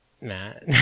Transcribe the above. Matt